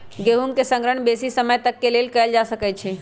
गेहूम के संग्रहण बेशी समय तक के लेल कएल जा सकै छइ